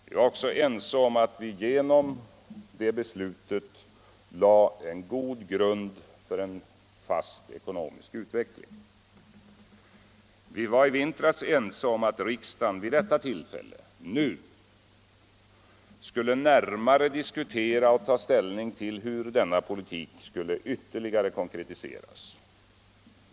Vi var också ense om att det beslut riksdagen fattade lade en god grund för en fast ekonomisk utveckling och att riksdagen närmare skulle diskutera och ta ställning till hur denna politik skulle ytterligare konkretiseras.